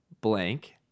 blank